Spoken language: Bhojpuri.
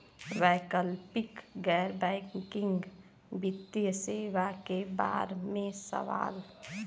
वैकल्पिक गैर बैकिंग वित्तीय सेवा के बार में सवाल?